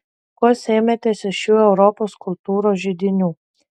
ko sėmėtės iš šių europos kultūros židinių